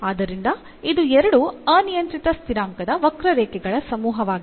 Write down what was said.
ಆದ್ದರಿಂದ ಇದು ಎರಡು ಅನಿಯಂತ್ರಿತ ಸ್ಥಿರಾಂಕದ ವಕ್ರರೇಖೆಗಳ ಸಮೂಹವಾಗಿದೆ